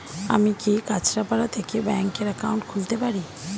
আমি কি কাছরাপাড়া থেকে ব্যাংকের একাউন্ট খুলতে পারি?